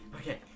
okay